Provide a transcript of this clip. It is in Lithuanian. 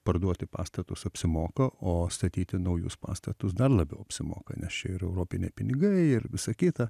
parduoti pastatus apsimoka o statyti naujus pastatus dar labiau apsimoka nes čia ir europiniai pinigai ir visa kita